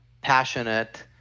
passionate